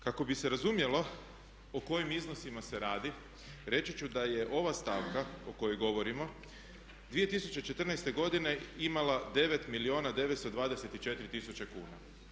Kako bi se razumjelo o kojim iznosima se radi reći ću da je ova stavka o kojoj govorimo 2014. godine imala 9 milijuna 924 tisuće kuna.